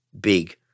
big